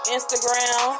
Instagram